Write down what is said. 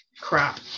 crap